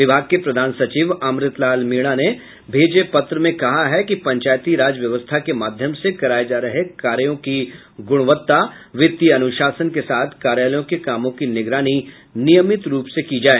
विभाग के प्रधान सचिव अमृत लाल मीणा ने भेजे पत्र में कहा है कि पंचायती राज व्यवस्था के माध्यम से कराये जा रहे कार्यों की गुणवत्ता वित्तीय अनुशासन के साथ कार्यालयों के कामों की निगरानी नियमित रूप से की जाए